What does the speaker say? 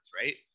right